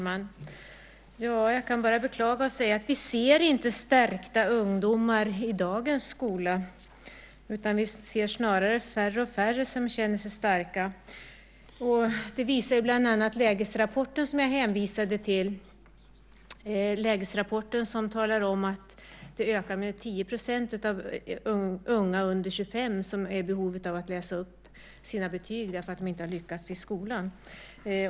Herr talman! Jag kan bara beklaga och säga att vi inte ser stärkta ungdomar i dagens skola. Snarare ser vi färre och färre som känner sig starka. Det visar bland annat den lägesrapport som jag hänvisade till, där det sägs att antalet ökat och att 10 % av de unga under 25 år är i behov av att läsa upp sina betyg eftersom de inte lyckats i skolan.